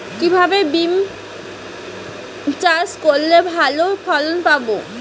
কিভাবে বিম চাষ করলে ভালো ফলন পাব?